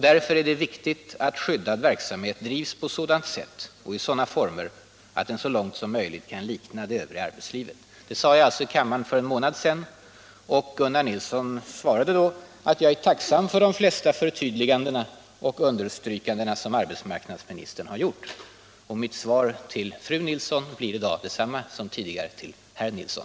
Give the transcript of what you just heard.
Därför är det viktigt att skyddad verksamhet drivs på sådant sätt och i sådana former att den så långt som möjligt kan likna det övriga arbetslivet.” Detta sade jag alltså i kammaren för en månad sedan, och Gunnar Nilsson svarade: ”Jag är tacksam för de flesta förtydligandena och understrykandena som arbetsmarknadsministern gjort.” Mitt svar till fru Nilsson blir i dag detsamma som tidigare till herr Nilsson.